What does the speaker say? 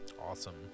awesome